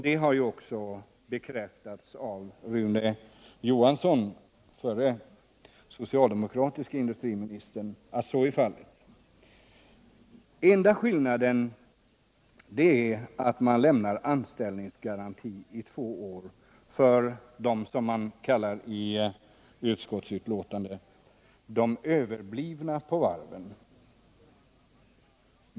Detta har också bekräftats av Rune Johansson, den förre socialdemokratiske industriministern. Enda skillnaden är att det lämnas anställningsgaranti i två år för de — som det heter i utskottsbetänkandet — ”överblivna” på varven.